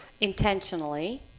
Intentionally